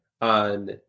on